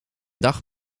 dag